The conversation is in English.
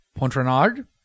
Pontrenard